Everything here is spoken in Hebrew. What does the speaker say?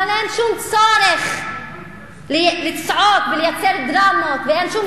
אבל אין שום צורך לצעוק ולייצר דרמות ואין שום